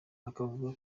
akavuga